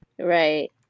Right